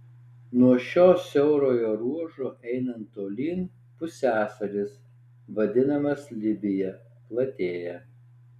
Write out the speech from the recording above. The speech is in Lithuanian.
nuo šio siaurojo ruožo einant tolyn pusiasalis vadinamas libija platėja